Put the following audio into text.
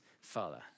father